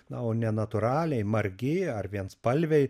na o nenatūraliai margi ar vienspalviai